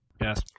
Yes